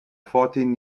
fourteen